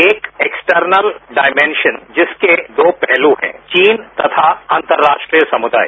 एक external dimension जिसके दो पहलू हैं चीन तथा अंतर्राष्ट्रीय समुदाय